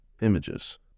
images